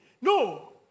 no